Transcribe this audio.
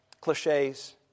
cliches